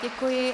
Děkuji.